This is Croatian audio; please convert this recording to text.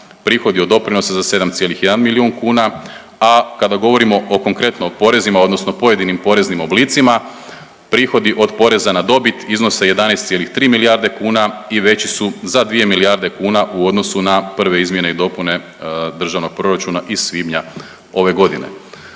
prihodi od doprinosa za 7,1 milijun kuna, a kada govorimo o konkretno o porezima odnosno pojedinim poreznim oblicima, prihodi od poreza na dobit iznose 11,3 milijarde kuna i veći su za 2 milijarde kuna u odnosu na prve izmjene i dopune državnog proračuna iz svibnja ove godine.